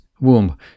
womb